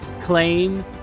Claim